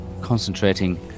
concentrating